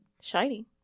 Shiny